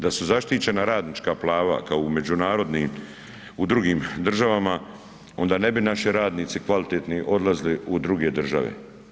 Da su zaštićena radnička prava kao u međunarodnim, u drugim državama onda ne bi naši radnici kvalitetni odlazili u druge države.